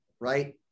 right